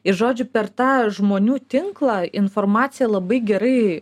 ir žodžiu per tą žmonių tinklą informacija labai gerai